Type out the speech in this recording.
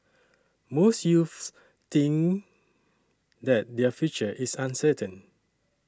most youths think that their future is uncertain